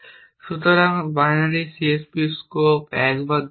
সুতরাং বাইনারি CSPর স্কোপ 1 বা 2 আছে